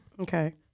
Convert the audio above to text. Okay